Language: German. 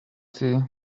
sie